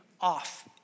off